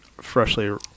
freshly